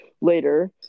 later